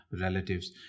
relatives